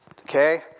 okay